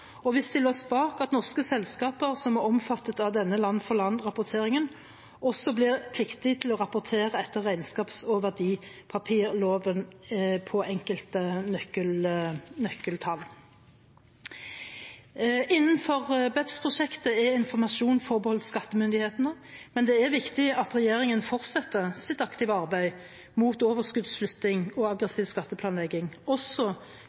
og vi stiller oss bak at norske selskaper som er omfattet av denne land-for-land-rapporteringen, også blir pliktige til å rapportere etter regnskaps- og verdipapirhandelloven på enkelte nøkkeltall. Innenfor BEPS-prosjektet er informasjonen forbeholdt skattemyndighetene, men det er viktig at regjeringen fortsetter sitt aktive arbeid mot overskuddsflytting og aggressiv skatteplanlegging – også